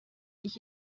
ich